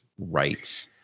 right